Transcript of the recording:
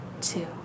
Two